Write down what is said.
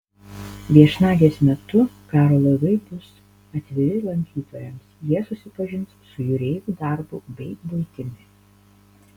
viešnagės metu karo laivai bus atviri lankytojams jie susipažins su jūreivių darbu bei buitimi